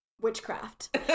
witchcraft